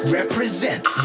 Represent